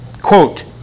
Quote